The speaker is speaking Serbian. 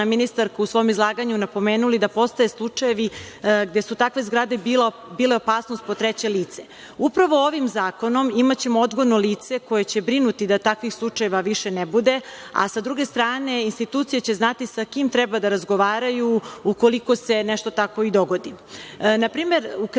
ministarko, u svom izlaganju napomenuli da postoje slučajevi gde su takve zgrade bile opasnost po treće lice. Upravo ovim zakonom imaćemo odgovorno lice koje će brinuti da takvih slučajeva više ne bude, a sa druge strane institucije će znati sa kim treba da razgovaraju ukoliko se nešto tako i dogodi. Na primer, u Kraljevu